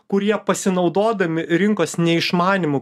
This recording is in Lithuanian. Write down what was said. kurie pasinaudodami rinkos neišmanymu